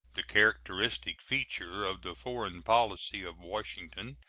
the characteristic feature of the foreign policy of washington,